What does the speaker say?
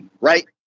Right